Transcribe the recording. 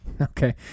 Okay